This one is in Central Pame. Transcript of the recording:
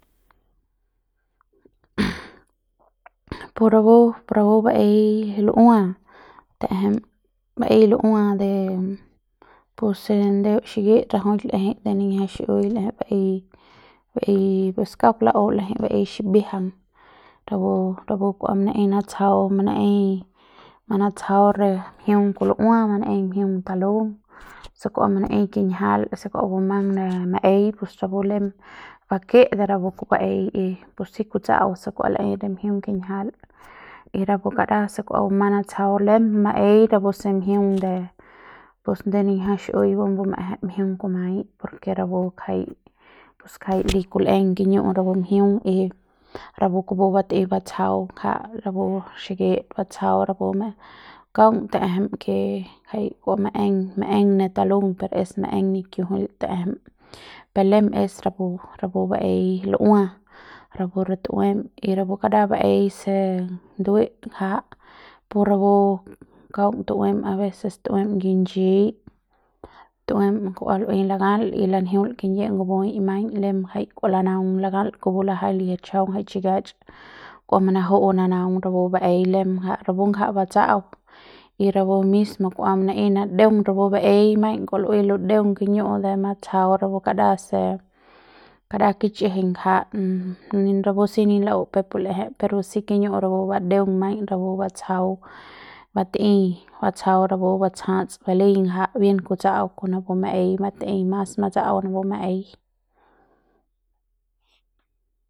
pu rapu rapu baei lu'ua ta'ejem baei la'ua de puse ndeu xikit rajuik l'ejei de niñja xi'iui l'ejei baei baei pus kauk la'u l'ejei baei xibiajang rapu rapu kua manei natsjau manaei manatsjau re mjiung kul'ua manaei mjiung talung se kua manaei kinjial se kua bumang re maei pus rapu lem bake de rapu baei y pus si kutsa'au se kua laei re mjiung kinjial y rapu kara se kua bumang natsjau rapu lem maei rapu se mjiung de pus de niñja xi'iui pumbu ma'ejeiñ mjiung kumai por ke rapu ngjai pus ngjai li kul'eng kiñu'u rapu njiung y rapu kupu batei batsjau ngja rapu xikit batsjau rapu kaung ta'ejem ke ngjai kua maem maeng ne talung per es maeng nikiujul ta'ejem per lem es rapu rapu baei lu'ua rapu re tu'uem y rapu kara baei se ndu'uet ngja pu rapu kaung tu'uem aveces tu'uem ngich'iñ tu'uem kua laei lakal y lanjiul kingyiep kumbu'ui maiñ lem ngjai kua lanaung lakal kupu lajaiñ lichjau jai chikia'ach kua manaju'u nanaung rapu baei lem ngja rapu ngja batsa'au y rapu mismo kua manaei nadeung rapu baei maiñ kua laei ladeung kiñu'u de matsjau rapu kara se kara kichjiñ ngja rapu si ni la'u pepu l'eje pero si kiñu'u rapu badeung maiñ rapu batsjau batei batsjau rapu batsjats balei ngja bie kutsa'au kon napu maei batei mas matsa'au napu maei.